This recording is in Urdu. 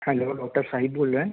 ہیلو ڈاکٹر شاہد بول رہے ہیں